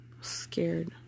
Scared